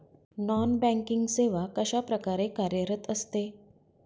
Non banking सेवा कशाप्रकारे कार्यरत असते?